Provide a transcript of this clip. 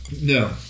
No